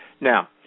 Now